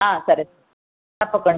ఆ సరే తప్పకుండా